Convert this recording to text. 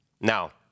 Now